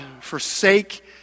forsake